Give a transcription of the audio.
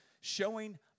Showing